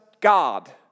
God